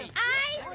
i